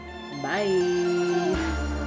Bye